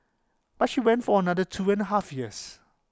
but she went for another two and A half years